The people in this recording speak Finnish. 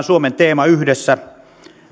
suomen teema on yhdessä